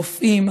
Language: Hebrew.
רופאים,